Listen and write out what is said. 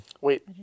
wait